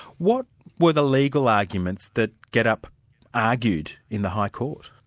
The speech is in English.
what were the legal arguments that getup argued in the high court?